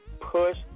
push